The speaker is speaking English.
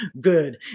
good